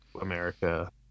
America